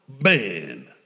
man